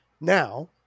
now